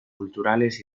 culturales